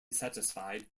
satisfied